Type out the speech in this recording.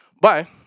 Bye